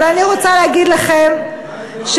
אבל אני רוצה להגיד לכם שאנחנו,